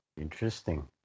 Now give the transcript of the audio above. Interesting